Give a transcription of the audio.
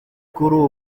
kuri